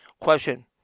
Question